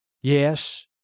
Yes